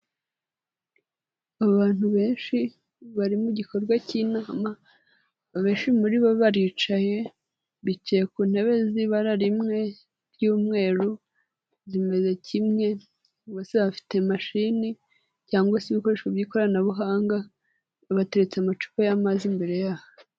Abantu benshi bari mu gikorwa cy'inama, abeshi muri bo baricaye, bicaye ku ntebe z'ibara rimwe ry'umweru zimeze kimwe, bose bafite mashini cyangwa se ibikoresho by'ikoranabuhanga, bateretse amacupa y'amazi imbere yaho.